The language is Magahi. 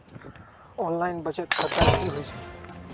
ऑनलाइन बचत खाता की होई छई?